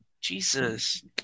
Jesus